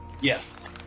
Yes